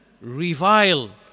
revile